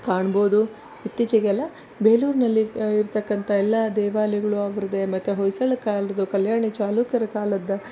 ಕಾಣ್ಬೋದು ಇತ್ತೀಚೆಗೆ ಅಲ್ಲ ಬೇಲೂರಿನಲ್ಲಿ ಇರ್ತಕ್ಕಂಥ ಎಲ್ಲಾ ದೇವಾಲಯಗಳು ಅವರದೇ ಮತ್ತು ಹೊಯ್ಸಳ ಕಾಲದ ಕಲ್ಯಾಣಿ ಚಾಲುಕ್ಯರ ಕಾಲದ